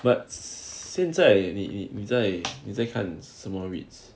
but 你在你在看什么 REITs